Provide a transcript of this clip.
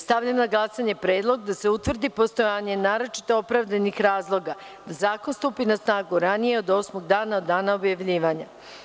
Stavljam na glasanje predlog da se utvrdi postojanje naročito opravdanih razloga da zakon stupi na snagu ranije od osmog dana od dana objavljivanja.